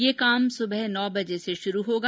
ये काम सुबह नौ बजे शुरू होगा